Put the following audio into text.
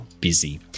busy